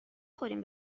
خوریم